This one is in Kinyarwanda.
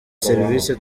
serivisi